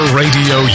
radio